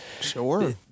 Sure